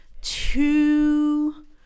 two